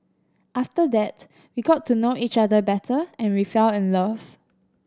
after that we got to know each other better and we fell in love